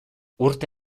urte